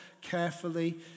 carefully